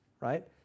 right